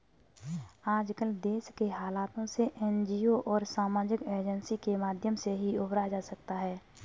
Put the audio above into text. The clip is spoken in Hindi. आजकल देश के हालातों से एनजीओ और सामाजिक एजेंसी के माध्यम से ही उबरा जा सकता है